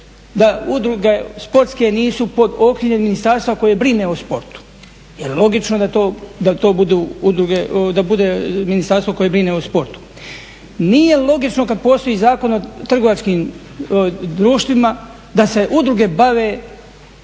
da udruge sportske nisu pod okriljem ministarstva koje brine o sportu. Jer logično da to budu udruge, da bude ministarstvo koje brine o sportu. Nije logično kada postoji Zakon o trgovačkim društvima da se udruge bave